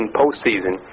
postseason